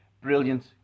brilliant